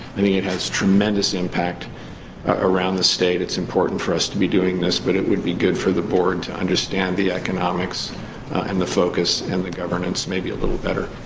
and it has tremendous impact around the state. it's important for us to be doing this. but it would be good for the board to understand the economics and the focus and the governance maybe a little better.